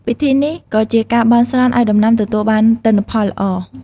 ពិធីនេះក៏ជាការបន់ស្រន់ឲ្យដំណាំទទួលបានទិន្នផលល្អ។